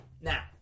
Now